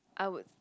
I would